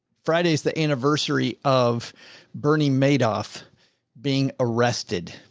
friday's the anniversary of bernie madoff being arrested.